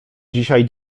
dzisiaj